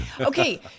Okay